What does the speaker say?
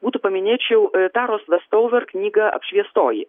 būtų paminėčiau taros vestouver knyga apšviestoji